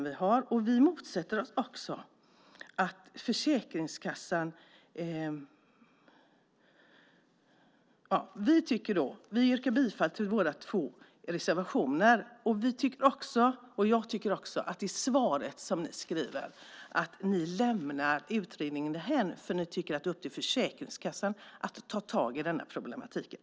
Ni svarar att utredningen ska lämnas därhän eftersom ni tycker att det är upp till Försäkringskassan att ta tag i problemet.